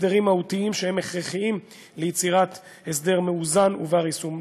הסדרים מהותיים שהם הכרחיים ליצירת הסדר מאוזן ובר-יישום.